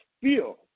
feel